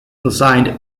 resigned